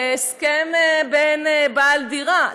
להסכם עם בעל דירה,